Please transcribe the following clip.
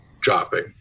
dropping